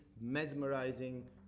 mesmerizing